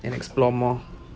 and explore more